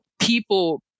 people